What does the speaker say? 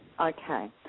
okay